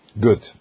Good